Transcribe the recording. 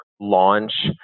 launch